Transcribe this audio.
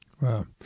Wow